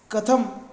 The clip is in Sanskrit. कथं